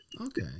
Okay